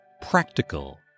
practical